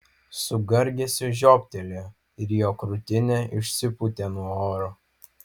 su gargėsiu žioptelėjo ir jo krūtinė išsipūtė nuo oro